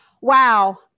Wow